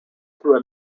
through